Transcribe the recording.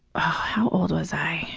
how old was i?